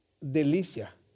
Delicia